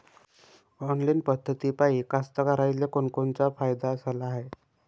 Online पद्धतीपायी कास्तकाराइले कोनकोनचा फायदा झाला हाये?